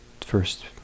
first